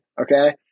okay